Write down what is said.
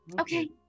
Okay